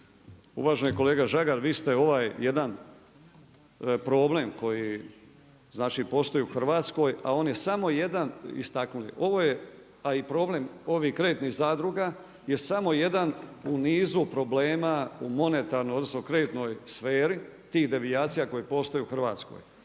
Uvaženi kolega Žagar, vi ste ovaj jedan problem koji znači postoji u Hrvatskoj, a on je samo jedan istaknuli. Ovo je, a i problem ovih kreditnih zadruga je samo jedan u nizu problema u monetarnoj, odnosno kreditnoj sferi tih devijacija koje postoje u Hrvatskoj.